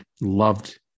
loved